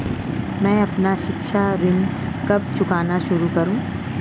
मैं अपना शिक्षा ऋण कब चुकाना शुरू करूँ?